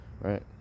right